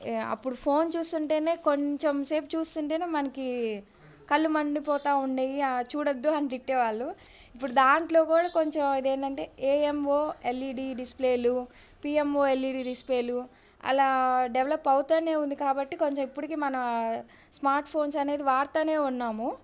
అప్పుడు ఫోన్ చూస్తుంటే కొంచెం సేపు చూస్తుంటే మనకు కళ్ళు మండిపోతు ఉండేవి ఆ చూడవద్దు అని తిట్టే వాళ్ళు ఇప్పుడు దాంట్లో కూడా కొంచెం ఇది ఏంటంటే ఏఎమ్వో ఎల్ఈడీ డిస్ప్లేలు పీఎమ్ఓ ఎల్ఈడీ డిస్ప్లేలు అలా డెవలప్ అవుతు ఉంది కాబట్టి కొంచం ఇప్పటికీ మన స్మార్ట్ఫోన్స్ అనేది వాడతు ఉన్నాము